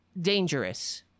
dangerous